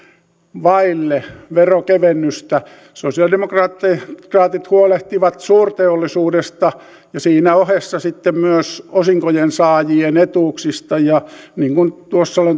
vaille verokevennystä sosialidemokraatit huolehtivat suurteollisuudesta ja siinä ohessa sitten myös osinkojen saajien etuuksista ja niin kuin tuossa olen